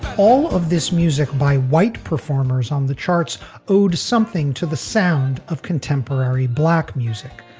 all of this music by white performers on the charts owed something to the sound of contemporary black music,